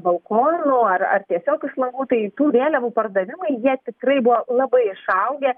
balkonų ar ar tiesiog iš langų tai tų vėliavų pardavimai jie tikrai buvo labai išaugę